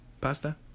Pasta